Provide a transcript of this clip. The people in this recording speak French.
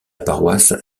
paroisse